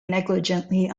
negligently